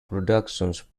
productions